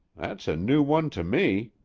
that's a new one to me.